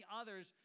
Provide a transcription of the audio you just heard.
others